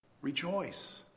Rejoice